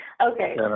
Okay